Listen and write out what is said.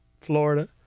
Florida